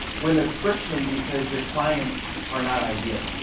when there's friction, because your clients are not ideal.